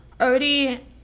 already